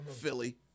Philly